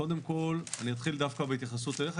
קודם כל אני אתחיל דווקא בהתייחסות אליך,